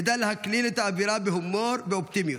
ידע להקליל את האווירה בהומור ובאופטימיות.